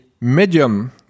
medium